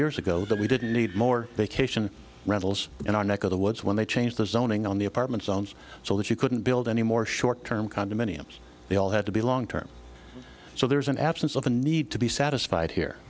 years ago that we didn't need more vacation rentals in our neck of the woods when they changed the zoning on the apartment zones so that you couldn't build any more short term condominiums they all had to be long term so there's an absence of a need to be satisfied here